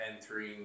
entering